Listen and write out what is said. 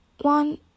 one